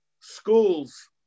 schools